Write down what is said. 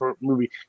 movie